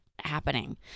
happening